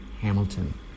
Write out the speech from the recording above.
Hamilton